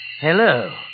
Hello